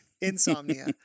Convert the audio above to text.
insomnia